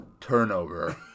turnover